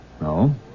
No